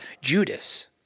Judas